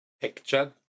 picture